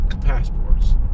passports